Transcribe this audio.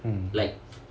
mm